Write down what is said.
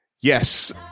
Yes